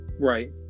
Right